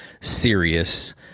serious